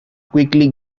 quickly